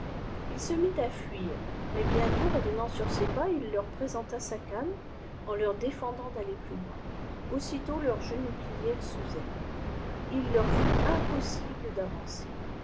ii se mit à luir maisl ient revenant uf sas pas il lehr présenta sa canne en leur défendant d'aijier plus ipin àuilât lours genoux plièrent sous eue il leur fut impossible d'ayimer